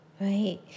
right